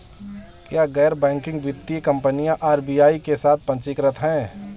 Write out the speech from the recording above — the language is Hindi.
क्या गैर बैंकिंग वित्तीय कंपनियां आर.बी.आई के साथ पंजीकृत हैं?